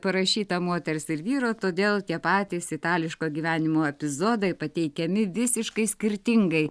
parašyta moters ir vyro todėl tie patys itališko gyvenimo epizodai pateikiami visiškai skirtingai